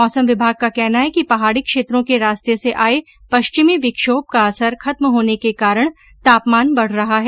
मौसम विभाग का कहना है कि पहाडी क्षेत्रों के रास्ते से आये पश्चिमी विक्षोभ का असर खत्म होने के कारण तापमान बढ रहा है